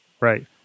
right